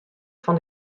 fan